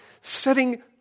setting